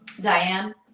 Diane